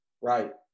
Right